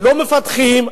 לא מפתחים.